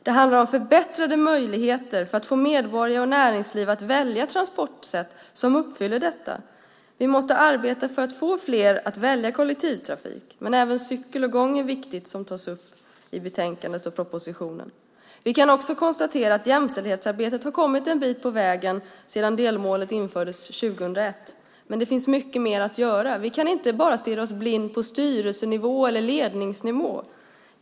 Det handlar om förbättrade möjligheter för att få medborgare och näringsliv att välja transportsätt som uppfyller detta. Vi måste arbeta för att få fler att välja kollektivtrafik, men även cykel och gång är viktigt, vilket tas upp i betänkandet och i propositionen. Vi kan konstatera att jämställdhetsarbetet kommit en bit på vägen sedan delmålet infördes 2001. Men det finns mycket mer att göra. Vi kan inte bara stirra oss blinda på styrelse eller ledningsnivå.